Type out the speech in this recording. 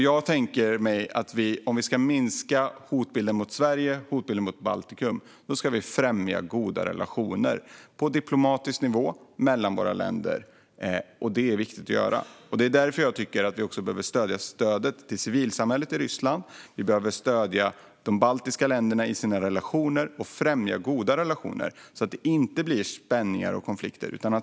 Jag tänker mig att om vi ska minska hotbilden mot Sverige och hotbilden mot Baltikum ska vi främja goda relationer på diplomatisk nivå mellan våra länder. Det är viktigt. Det är därför jag tycker att vi också behöver öka stödet till civilsamhället i Ryssland. Vi behöver stödja de baltiska länderna i deras relationer och främja goda relationer så att det inte blir spänningar och konflikter.